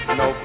no